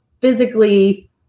physically